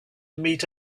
meet